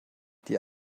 die